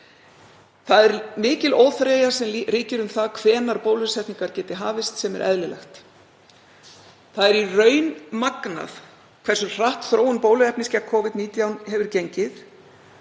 Það er mikil óþreyja sem ríkir um það hvenær bólusetningar geti hafist, sem er eðlilegt. Það er í raun magnað hversu hratt þróun bóluefnis gegn Covid-19 hefur gengið